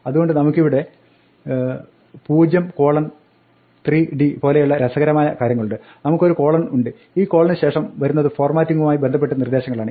അതുകൊണ്ട് ഇവിടെ നമുക്ക് 03d പോലെയുള്ള രസകരമായ കാര്യങ്ങളുണ്ട് നമുക്ക് ഒരു കോളൺ ഉണ്ട് ഈ കോളന് ശേഷം വരുന്നത് ഫോർമാറ്റിംഗുമായി ബന്ധപ്പെട്ട് നിർദ്ദേശങ്ങളാണ്